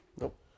Nope